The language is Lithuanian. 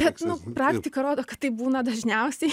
bet nu praktika rodo kad taip būna dažniausiai